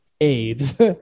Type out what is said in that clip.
AIDS